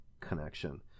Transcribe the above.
connection